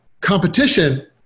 competition